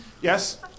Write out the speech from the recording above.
yes